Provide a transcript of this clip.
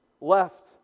left